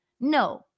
No